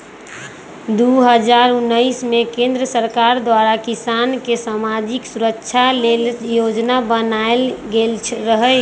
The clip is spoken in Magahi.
दू हज़ार उनइस में केंद्र सरकार द्वारा किसान के समाजिक सुरक्षा लेल जोजना बनाएल गेल रहई